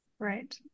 right